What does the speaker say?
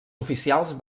oficials